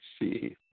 see